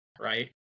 Right